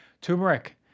turmeric